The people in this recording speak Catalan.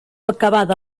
acabada